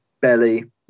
belly